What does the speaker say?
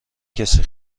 کسی